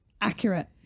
Accurate